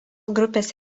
grupės